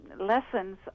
lessons